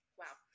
wow